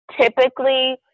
typically